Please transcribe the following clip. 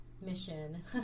Mission